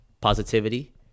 positivity